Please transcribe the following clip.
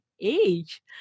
age